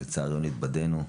ולצערנו התבדינו.